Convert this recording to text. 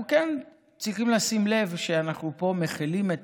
אנחנו כן צריכים לשים לב שאנחנו פה מחילים את